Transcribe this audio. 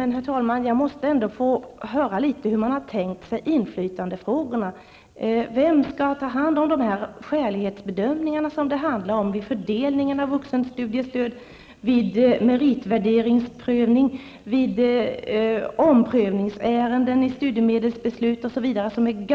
Herr talman! Jag måste ändå få höra hur man har tänkt sig att lösa inflytandefrågorna. Vem skall ta hand om de skälighetsbedömningar det handlar om vid fördelningen av vuxenstudiestöd, vid meritvärderingsprövning, vid omprövningsärenden i studiemedelsbeslut, osv.? Detta är ärenden som är